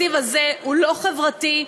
התקציב הזה לא חברתי,